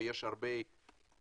או פרויקט תשתיתי,